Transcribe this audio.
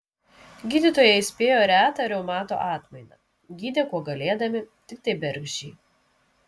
gydytojai spėjo retą reumato atmainą gydė kuo galėdami tiktai bergždžiai